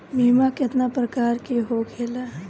बीमा केतना प्रकार के होखे ला?